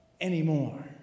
anymore